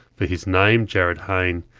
for his name jarryd hayne,